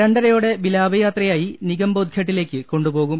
രണ്ടരയോടെ വിലാപയാത്രയായി നിഗംബോധ്ഘട്ടി ലേക്ക് കൊണ്ടുപോകും